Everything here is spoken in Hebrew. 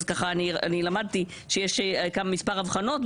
אז ככה אני למדתי שיש מספר הבחנות,